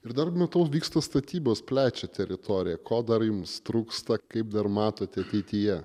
ir dar matau vyksta statybos plečiat teritoriją ko dar jums trūksta kaip dar matot ateityje